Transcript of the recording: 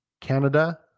Canada